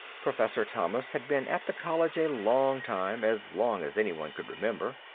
professor thomas had been at the college a long time, as long as anyone could remember.